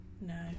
No